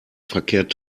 verkehrt